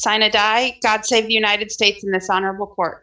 sign it die god save the united states and that's honorable court